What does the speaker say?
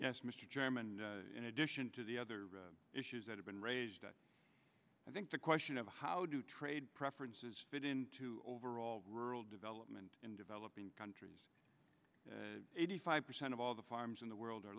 yes mr chairman in addition to the other issues that have been raised i think the question of how do trade preferences fit into overall rural development in developing countries eighty five percent of all the farms in the world are